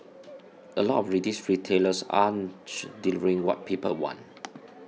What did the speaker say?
a lot of these retailers aren't delivering what people want